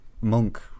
Monk